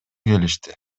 келишти